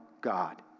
God